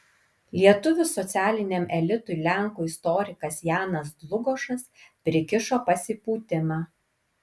lietuvių socialiniam elitui lenkų istorikas janas dlugošas prikišo pasipūtimą